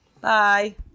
Bye